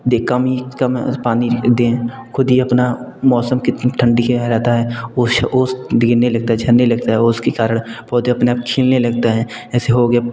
दे कम ही कम पानी दें ख़ुद ही अपना मौसम कितनी ठंडी का रहता है उस ओस गिरने लगता है झड़ने लगता है ओस के कारण पौधे अपने आप खिलने लगता है ऐसे हो गया